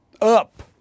Up